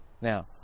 Now